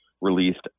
released